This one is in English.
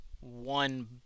one